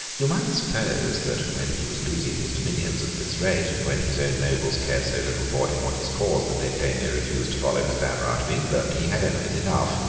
you might suppose that when he was losing his dominions at this rate, and when his own nobles cared so little for him or his cause that they plainly refused to follow his banner out of england, he had enemies enough.